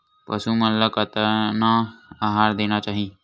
पशु मन ला कतना आहार देना चाही?